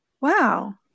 Wow